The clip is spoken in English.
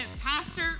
pastor